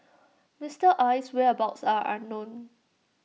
Mister Aye's whereabouts are unknown